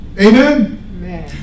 Amen